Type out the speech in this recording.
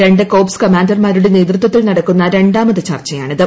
രണ്ട് കോർപ്സ് കമാൻഡർമാരുടെ നേതൃത്വത്തിൽ നടക്കുന്ന രണ്ടാമത് ചർച്ചയാണിത്